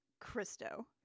Christo